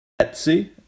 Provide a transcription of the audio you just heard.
Etsy